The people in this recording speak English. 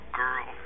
girl